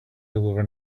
deliver